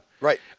Right